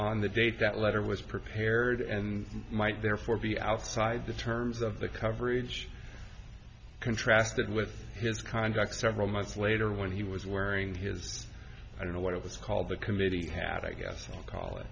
on the date that letter was prepared and might therefore be outside the terms of the coverage contrasted with his conduct several months later when he was wearing his i don't know what it was called the committee had i guess i'll call it